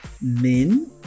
men